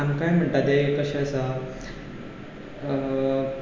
आमकांय म्हणटा तें कशें आसा